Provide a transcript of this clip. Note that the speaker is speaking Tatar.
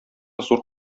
зур